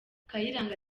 kayiranga